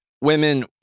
women